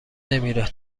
نمیره